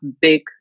big